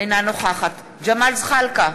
אינה נוכחת ג'מאל זחאלקה,